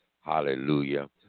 Hallelujah